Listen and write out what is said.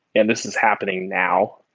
and this is happening now.